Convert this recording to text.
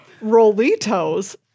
rolitos